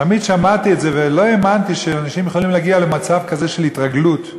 תמיד שמעתי את זה ולא האמנתי שאנשים יכולים להגיע למצב כזה של התרגלות.